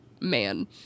man